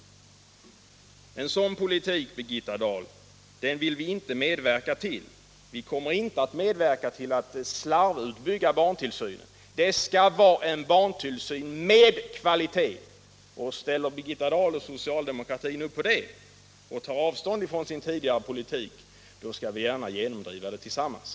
En sådan politik, Birgitta Dahl, vill vi inte medverka till. Vi kommer inte att medverka till att slarvutbygga barntillsynen. Vi skall ha en barntillsyn med kvalitet — och ställer Birgitta Dahl och socialdemokratin upp för det och tar avstånd från sin tidigare politik, då skall vi gärna genomdriva det tillsammans.